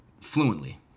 fluently